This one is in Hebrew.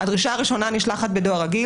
הדרישה הראשונה נשלחת בדואר רגיל,